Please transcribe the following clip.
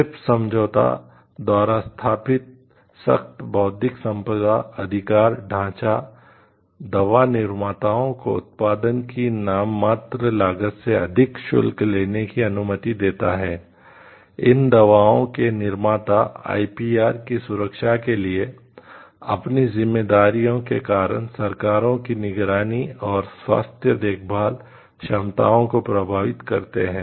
trips की सुरक्षा के लिए अपनी जिम्मेदारियों के कारण सरकारों की निगरानी और स्वास्थ्य देखभाल क्षमताओं को प्रभावित करते हैं